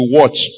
watch